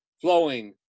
flowing